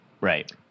right